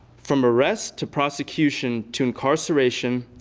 from arrest to prosecution to incarceration,